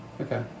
Okay